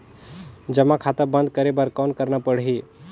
जमा खाता बंद करे बर कौन करना पड़ही?